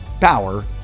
power